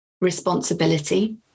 responsibility